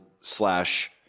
slash